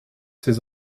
ses